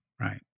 Right